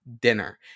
dinner